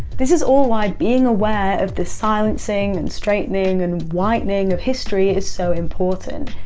this is all why being aware of the silencing and straightening and whitening of history is so important,